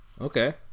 Okay